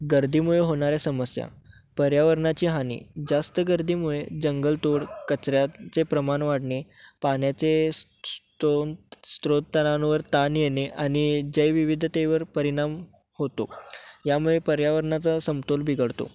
गर्दीमुळे होणाऱ्या समस्या पर्यावरणाची हानी जास्त गर्दीमुळे जंगल तोड कचऱ्याचे प्रमाण वाढणे पाण्याचे स्तो स्त्रोतांवर ताण येणे आणि जैवविविधतेवर परिणाम होतो यामुळे पर्यावरणाचा समतोल बिघडतो